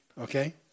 okay